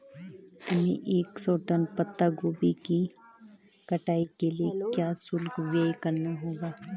हमें एक सौ टन पत्ता गोभी की कटाई के लिए क्या शुल्क व्यय करना होगा?